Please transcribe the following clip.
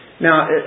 Now